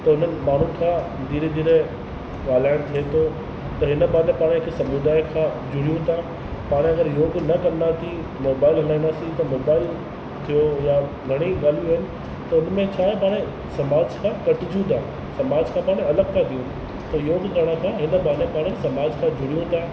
त उन्हनि माण्हुनि खां धीरे धीरे ॻाल्हाइणु थिए थो त इन बहाने पाण हिकु समुदाय खां जुड़ूं था पाण अगरि योगु न कंदासीं मोबाइल हलाईंदासीं मुबाइल थियो या घणेई ॻाल्हियूं आहिनि त उन में छा आहे पाण समाज खां कटिजूं था समाज खां पाण अलॻि था थियूं त इन बहाने पाण समाज खां जुड़ूं था